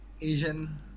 Asian